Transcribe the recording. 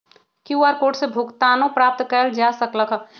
QR code से भुगतानो प्राप्त कएल जा सकल ह